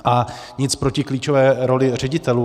A nic proti klíčové roli ředitelů.